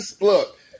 look